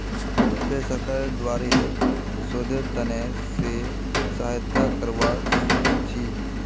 फेर सरकारेर द्वारे शोधेर त न से सहायता करवा सीखछी